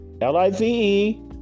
L-I-V-E